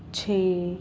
ਛੇ